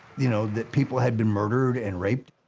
you know, that people had been murdered and raped.